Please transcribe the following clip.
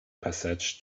passage